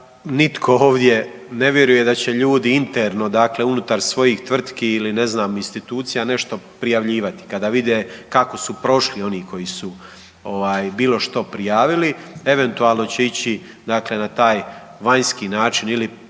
nitko ovdje ne vjeruje da će ljudi interno dakle unutar svojih tvrtki ili ne znam institucija nešto prijavljivati kada vide kako su prošli oni koji su ovaj bilo što prijavili. Eventualno će ići dakle na taj vanjski način ili putem